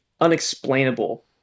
unexplainable